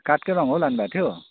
काठकै रङ्गहरू लानुभएको थियो